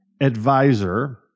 advisor